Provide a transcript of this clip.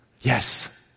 Yes